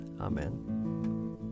Amen